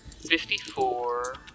fifty-four